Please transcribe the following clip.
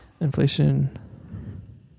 Inflation